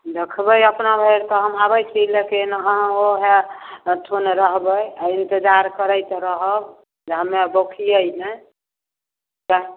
देखबै अपना भरि तऽ हम आबै छी लेकिन आहाँ ओएह ओहिठुन रहबै आ इन्तजार करैत रहब जे हम्मे बौखियै नहि तह